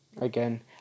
again